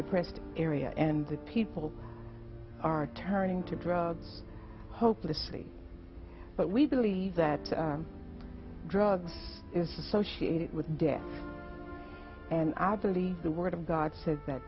depressed area and people are turning to drugs hopelessly but we believe that drugs is associated with death and i believe the word of god says that